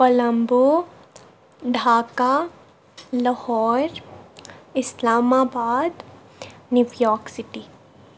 Colombo Dhaka Lahore Islamabad New York city